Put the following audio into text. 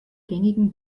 gängigen